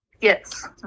Yes